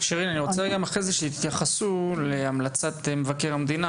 שירין אני רוצה שגם תתייחסו אחרי זה להמלצת מבקר המדינה,